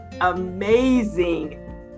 amazing